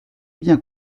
bien